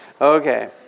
Okay